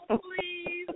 please